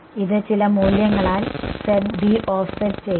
ഇത് ചില മൂല്യങ്ങളാൽ ഓഫ്സെറ്റ് ചെയ്യുന്നു